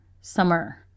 summer